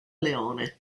leone